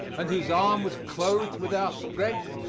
and whose arm was clothed with our strength,